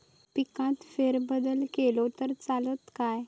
पिकात फेरबदल केलो तर चालत काय?